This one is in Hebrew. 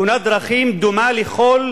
תאונת דרכים דומה לכל,